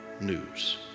news